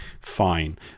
fine